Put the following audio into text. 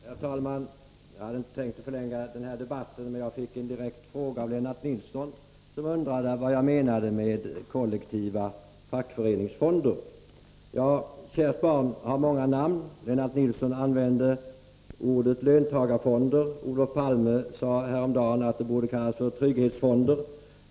Herr talman! Jag hade inte tänkt förlänga den här debatten, men jag fick en direkt fråga av Lennart Nilsson, som undrade vad jag menade med kollektiva fackföreningsfonder. Kärt barn har många namn. Lennart Nilsson använde ordet löntagarfonder. Olof Palme sade häromdagen att de borde kallas trygghetsfonder.